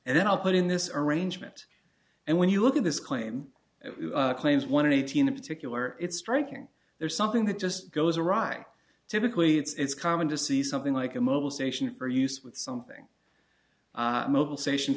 and then i'll put in this arrangement and when you look at this claim it claims one hundred eighteen in particular it's striking there's something that just goes awry typically it's common to see something like a mobilization for use with something mobile sation